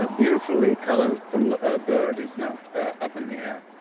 ah beautifully colorful bird is now up in the air,